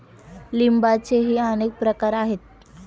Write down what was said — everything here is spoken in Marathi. लिंबाचेही अनेक प्रकार आहेत